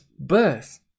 birth